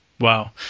Wow